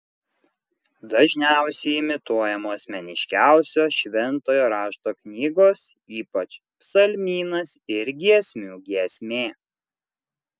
dažniausiai imituojamos meniškiausios šventojo rašto knygos ypač psalmynas ir giesmių giesmė